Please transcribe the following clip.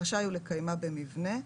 רשאי הוא לקיימה במבנה,